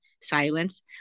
Silence